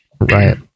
right